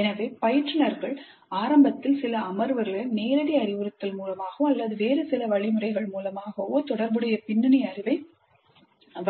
எனவே பயிற்றுனர்கள் ஆரம்பத்தில் சில அமர்வுகளை நேரடி அறிவுறுத்தல் மூலமாகவோ அல்லது வேறு சில வழிமுறைகள் மூலமாகவோ தொடர்புடைய பின்னணி அறிவை